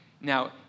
Now